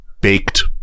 baked